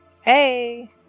Hey